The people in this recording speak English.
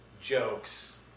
jokes